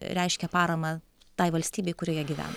reiškia paramą tai valstybei kurioje gyvena